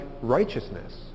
righteousness